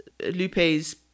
Lupe's